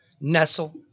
Nestle